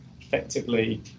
effectively